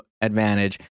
advantage